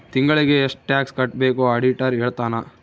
ತಿಂಗಳಿಗೆ ಎಷ್ಟ್ ಟ್ಯಾಕ್ಸ್ ಕಟ್ಬೇಕು ಆಡಿಟರ್ ಹೇಳ್ತನ